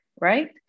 right